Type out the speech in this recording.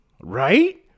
right